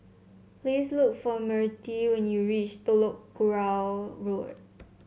please look for Mertie when you reach Telok Kurau Road